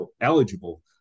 eligible